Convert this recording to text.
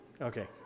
Okay